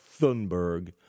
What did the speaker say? Thunberg